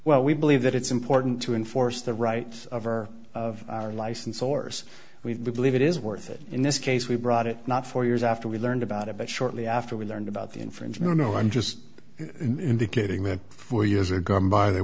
well we believe that it's important to enforce the right over of our license source we believe it is worth it in this case we brought it not for years after we learned about it but shortly after we learned about the infringed no no i'm just indicating that four years ago by they